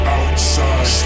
outside